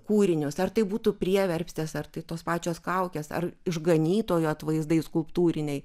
kūrinius ar tai būtų prieverpstės ar tai tos pačios kaukės ar išganytojo atvaizdai skulptūriniai